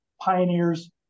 Pioneers